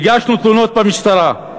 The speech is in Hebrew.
הגשנו תלונות במשטרה,